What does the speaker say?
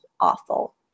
awful